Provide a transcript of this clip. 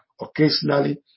occasionally